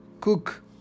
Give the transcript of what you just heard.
Cook